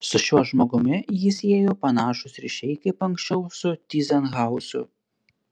su šiuo žmogumi jį siejo panašūs ryšiai kaip anksčiau su tyzenhauzu